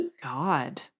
God